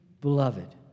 beloved